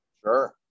Sure